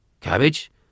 Cabbage